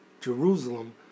Jerusalem